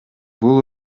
бул